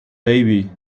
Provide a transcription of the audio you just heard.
baby